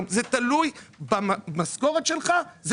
זה תלוי במשכורת שלך.